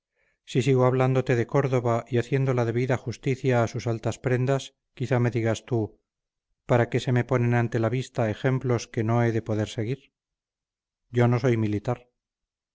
si sigo hablándote de córdova y haciendo la debida justicia a sus altas prendas quizás me digas tú para qué se me ponen ante la vista ejemplos que no he de poder seguir yo no soy militar